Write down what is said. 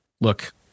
look